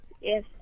Yes